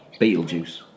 Beetlejuice